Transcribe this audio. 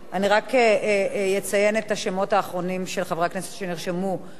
אני רק אציין את השמות האחרונים של חברי הכנסת שנרשמו לדבר,